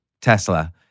Tesla